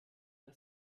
der